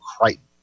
Crichton